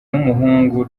n’umuhungu